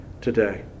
today